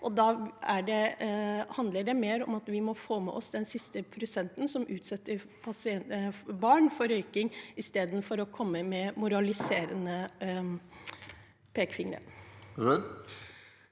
– handler det mer om at vi må få med oss de siste prosentene som utsetter barn for røyking, i stedet for å komme med moraliserende pekefingre.